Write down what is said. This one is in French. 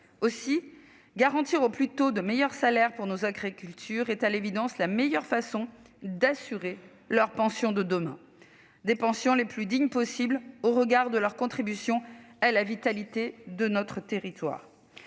Aussi, garantir au plus tôt de meilleurs salaires pour nos agriculteurs est à l'évidence la meilleure façon d'assurer leurs pensions de demain, des pensions qui doivent être le plus dignes possible au regard de leur contribution à la vitalité de nos territoires.